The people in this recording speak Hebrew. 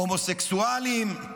הומוסקסואלים,